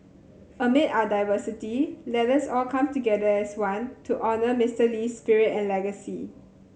amid our diversity let us all come together as one to honour Mister Lee's spirit and legacy